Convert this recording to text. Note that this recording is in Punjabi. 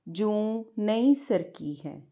ਜੂੰ ਨਹੀਂ ਸਰਕੀ ਹੈ